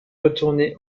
retourné